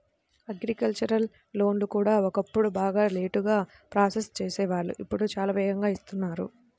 agricultural లోన్లు కూడా ఒకప్పుడు బాగా లేటుగా ప్రాసెస్ చేసేవాళ్ళు ఇప్పుడు చాలా వేగంగా ఇస్తున్నారు